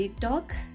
talk